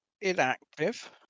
inactive